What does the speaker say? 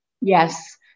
Yes